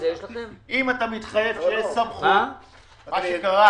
אם אתה מתחייב שיש סמכות מה שקרה,